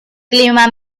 clima